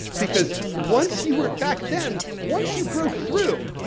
because once you were, back then, once you broke through,